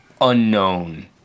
unknown